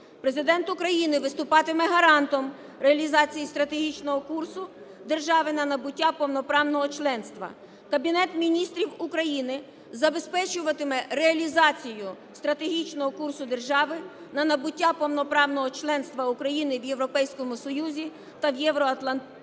Президент України виступатиме гарантом реалізації стратегічного курсу держави на набуття повноправного членства. Кабінет Міністрів України забезпечуватиме реалізацію стратегічного курсу держави на набуття повноправного членства України в Європейському Союзі та в Організації